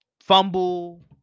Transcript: fumble